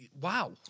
Wow